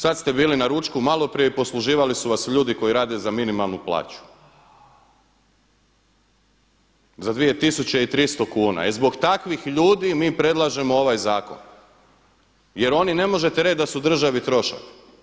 Sada ste bili na ručku maloprije i posluživali su vas ljudi koji rade za minimalnu plaću za 2.300 kuna i zbog takvih ljudi mi predlažemo ovaj zakon jer ne možete reći da su oni državi trošak.